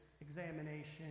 examination